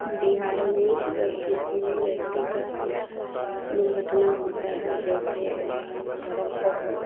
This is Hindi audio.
बिहार में जब किसी भी व्यक्ति की दुर्घटना होती है जैसे सड़क पर हो